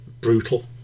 brutal